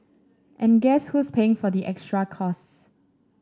and guess who's paying for the extra costs